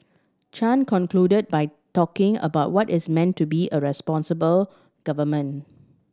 Chan concluded by talking about what its meant to be a responsible government